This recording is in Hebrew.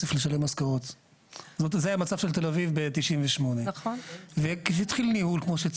זאת אומרת שצריך לשמור על קרקע וצריך לנצל קרקע עד כמה שאפשר בצורה